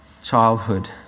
Childhood